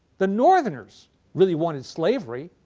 the northerners really wanted slavery.